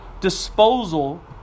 disposal